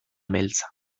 beltza